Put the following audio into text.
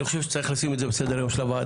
אני חושב שצריך לשים את זה על סדר היום של הוועדה.